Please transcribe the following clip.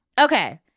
Okay